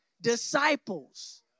disciples